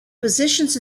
positions